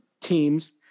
teams